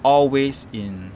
all ways in